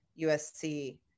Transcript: USC